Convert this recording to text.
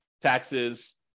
taxes